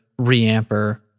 reamper